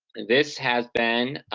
this has been,